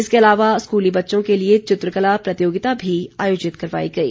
इसके अलावा स्कूली बच्चों के लिए चित्रकला प्रतियोगिता भी आयोजित करवाई गयी